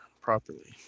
properly